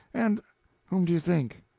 and whom do you think?